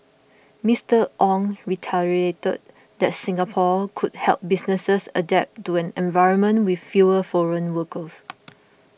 Mister Ong reiterated that Singapore could help businesses adapt to an environment with fewer foreign workers